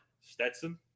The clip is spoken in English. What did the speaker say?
Stetson